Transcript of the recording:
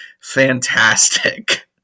fantastic